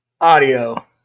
Audio